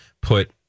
put